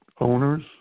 owners